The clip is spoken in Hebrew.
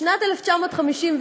בשנת 1959,